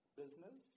business